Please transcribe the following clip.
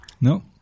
No